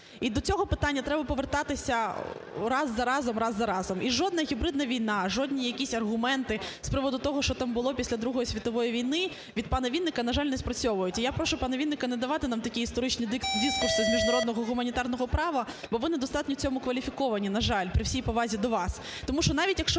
І до цього питання треба повертатися раз за разом, раз за разом. І жодна гібридна війна, жодні якісь аргументи з приводу того, що там було після Другої Світової війни, від пана Вінника, на жаль, не спрацьовують. І я прошу, пане Вінник, не давати нам такі історичні дискурси з міжнародного гуманітарного права, бо ви недостатньо в цьому кваліфіковані, на жаль, при всій повазі до вас. Тому що навіть, якщо